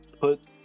put